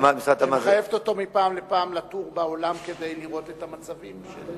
שמחייבת אותו מפעם לפעם לתור בעולם כדי לראות את המצבים,